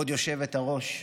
כבוד היושבת-ראש,